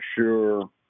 sure